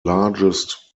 largest